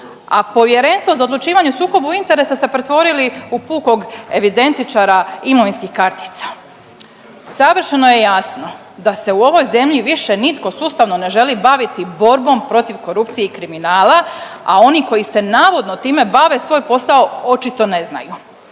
a Povjerenstvo za odlučivanje o sukobu interesa ste pretvorili u pukog evidentičara imovinskih kartica. Savršeno je jasno da se u ovoj zemlji više nitko sustavno ne želi baviti borbom protiv korupcije i kriminala, a oni koji se navodno time bave, svoj posao očito ne znaju.